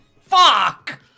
Fuck